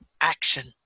action